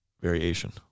Variation